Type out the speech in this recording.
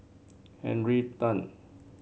Henry Tan